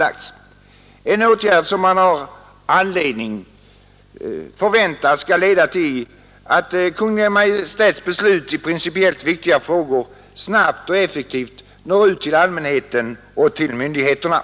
till uttryck och som man har anledning förvänta skall leda till att Kungl. Maj:ts beslut i principiellt viktiga frågor snabbt och effektivt når ut till allmänheten och till myndigheterna.